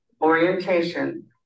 orientation